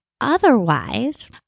Otherwise